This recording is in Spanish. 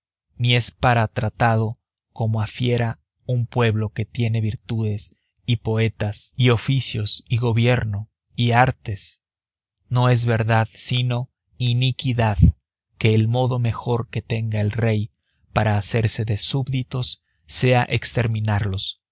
ni es para tratado como a fiera un pueblo que tiene virtudes y poetas y oficios y gobierno y artes no es verdad sino iniquidad que el modo mejor que tenga el rey para hacerse de súbditos sea exterminarlos